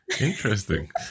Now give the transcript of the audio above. Interesting